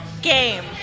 game